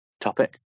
topic